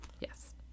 Yes